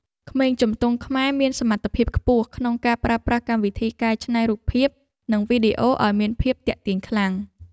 ក្មេងជំទង់ខ្មែរមានសមត្ថភាពខ្ពស់ក្នុងការប្រើប្រាស់កម្មវិធីកែច្នៃរូបភាពនិងវីដេអូឱ្យមានភាពទាក់ទាញខ្លាំង។